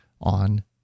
on